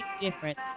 difference